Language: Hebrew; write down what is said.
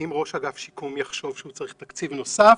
אם ראש אגף שיקום יחשוב שהוא צריך תקציב נוסף,